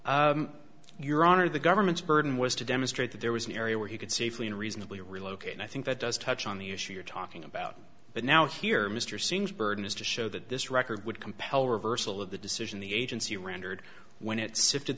right your honor the government's burden was to demonstrate that there was an area where he could safely and reasonably relocate and i think that does touch on the issue you're talking about but now here mr seems burden is to show that this record would compel reversal of the decision the agency rendered when it sifted